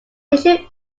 issue